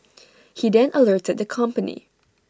he then alerted the company